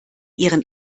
ihren